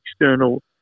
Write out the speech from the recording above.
external